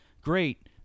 great